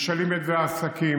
משלמים את זה העסקים.